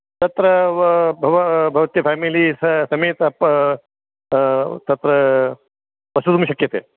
तत्र भवत्य फामिली समेतं तत्र वसितुं शक्यते